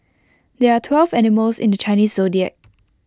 there are twelve animals in the Chinese Zodiac